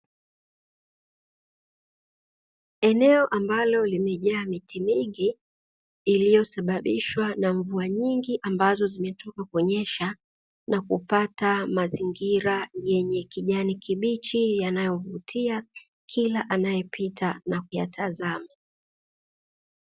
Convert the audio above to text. Eneo ambalo limejaa miti mingi iliyosababishwa na mvua nyingi ambazo zimetoka kunyesha, na kupata mazingira yenye kijani kibichi yanayovutia kila anayepita na kuyatazama.